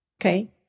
Okay